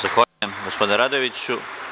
Zahvaljujem gospodine Radojeviću.